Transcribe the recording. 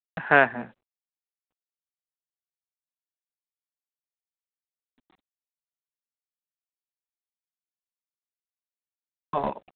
ᱦᱮᱸ ᱦᱮᱸ ᱚ